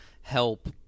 help